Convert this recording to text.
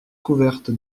couverte